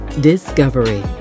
discovery